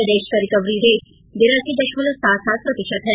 प्रदेश का recovery rate बेरासी दशमलव सात सात प्रतिशत है